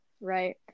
right